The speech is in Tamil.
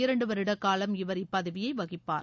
இரண்டு வருட காலம் இவர் இப் பதவியை வகிப்பார்